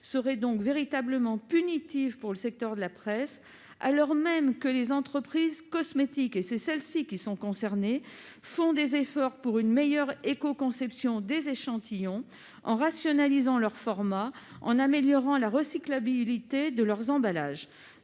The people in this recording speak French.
serait donc véritablement punitive pour le secteur de la presse, alors même que les entreprises cosmétiques, particulièrement concernées, font des efforts pour une meilleure écoconception des échantillons, en rationalisant leur format et en améliorant la recyclabilité de leurs emballages.